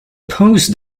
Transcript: oppose